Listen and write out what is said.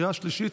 קריאה שלישית,